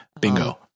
Bingo